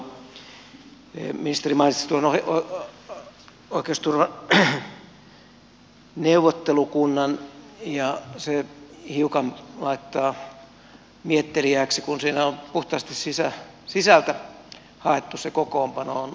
ministeri mainitsi tuon oikeusturvaneuvottelukunnan ja se hiukan laittaa mietteliääksi kun siinä on puhtaasti sisältä haettu se kokoonpano